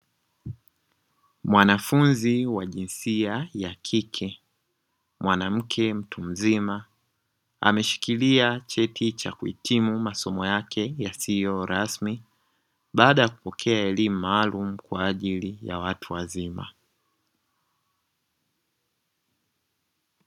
Mwanafunzi wa jinsia ya kike mwanamke mtu mzima, ameshikilia cheti cha kuhitimu masomo yake yasiyo rasmi baada ya kupokea elimu maalumu kwa ajili ya watu wazima.